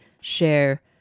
share